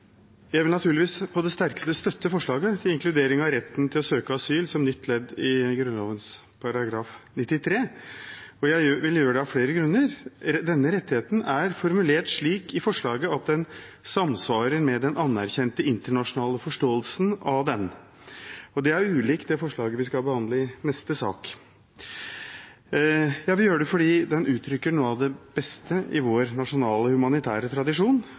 inkludering av retten til å søke asyl som nytt ledd i Grunnloven § 93, og jeg vil gjøre det av flere grunner. Denne rettigheten er formulert slik i forslaget at den samsvarer med den anerkjente internasjonale forståelsen av den – og det er ulikt det forslaget vi skal behandle i neste sak. Jeg vil også gjøre det fordi den uttrykker noe av det beste i vår nasjonale humanitære tradisjon,